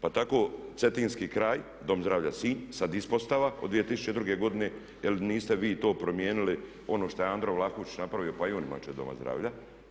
Pa tako Cetinski kraj, Dom zdravlja Sinj sada ispostava od 2002. godine jer niste vi to promijenili ono što je Andro Vlahušić napravio pa i on … doma zdravlja.